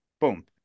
Boom